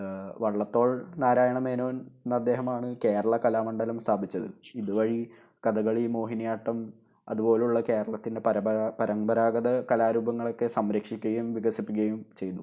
വള്ളത്തോള് നാരായണമേനോന് എന്ന അദ്ദേഹമാണ് കേരള കലാമണ്ഡലം സ്ഥാപിച്ചത് ഇതുവഴി കഥകളീ മോഹിനിയാട്ടം അതുപോലെയുള്ള കേരളത്തിന്റെ പരബരാ പരമ്പരാഗത കലരൂപങ്ങളൊക്കെ സംരക്ഷിക്കുകയും വികസിപ്പിക്കുകയും ചെയ്തു